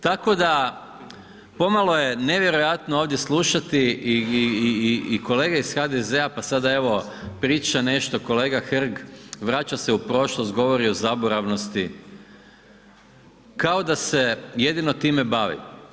Tako da pomalo je nevjerojatno ovdje slušati i kolege iz HDZ-a pa sada evo priča nešto kolega Hrg, vraća se u prošlost, govori o zaboravnosti, kao da se jedino time bavi.